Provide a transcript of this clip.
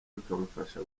bikamufasha